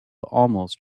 almost